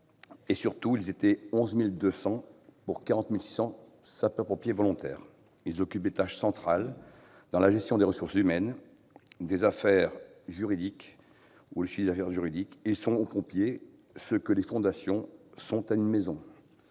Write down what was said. En 2016, ils étaient 11 200, pour 40 600 sapeurs-pompiers professionnels. Ils occupent des tâches centrales dans la gestion des ressources humaines ou dans le suivi des affaires juridiques. Ils sont aux pompiers ce que les fondations sont à une maison